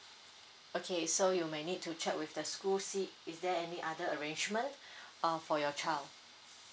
okay so you might need to check with the school see is there any other arrangement uh for your child